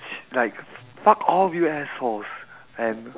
sh~ like fuck all of you assholes and